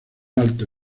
alto